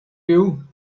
you